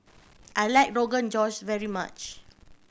I like Rogan Josh very much